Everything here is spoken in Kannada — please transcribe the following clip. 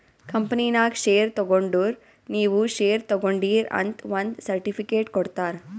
ಕಂಪನಿನಾಗ್ ಶೇರ್ ತಗೊಂಡುರ್ ನೀವೂ ಶೇರ್ ತಗೊಂಡೀರ್ ಅಂತ್ ಒಂದ್ ಸರ್ಟಿಫಿಕೇಟ್ ಕೊಡ್ತಾರ್